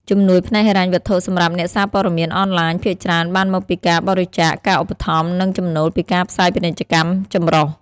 ជំនួយផ្នែកហិរញ្ញវត្ថុសម្រាប់អ្នកសារព័ត៌មានអនឡាញ ភាគច្រើនបានមកពីការបរិច្ចាគ ការឧបត្ថម្ភ និងចំណូលពីការផ្សាយពាណិជ្ជកម្មចម្រុះ។